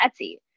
etsy